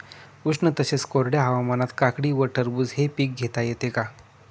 उष्ण तसेच कोरड्या हवामानात काकडी व टरबूज हे पीक घेता येते का?